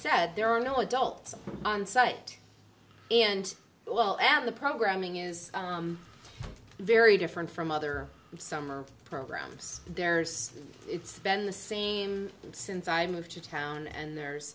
said there are no adults on site and well and the programming is very different from other summer programs there's it's been the same since i moved to town and there's